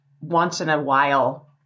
once-in-a-while